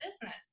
business